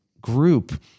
group